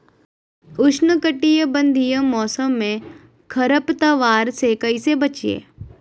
उष्णकटिबंधीय मौसम में खरपतवार से कैसे बचिये?